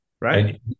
right